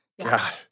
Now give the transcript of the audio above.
God